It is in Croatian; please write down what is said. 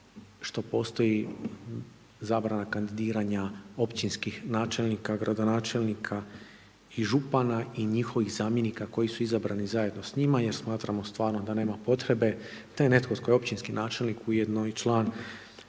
što postoji zabrana kandidiranja općinskih načelnika, gradonačelnika i župana i njihovih zamjenika koji su izabrani zajedno s njima jer smatramo stvarno da nema potrebe da je netko tko je općinski načelnik ujedno i član